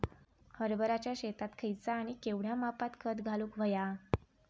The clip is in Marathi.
हरभराच्या शेतात खयचा आणि केवढया मापात खत घालुक व्हया?